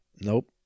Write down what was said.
Nope